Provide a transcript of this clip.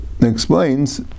explains